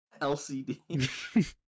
LCD